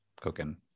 cooking